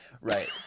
Right